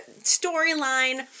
storyline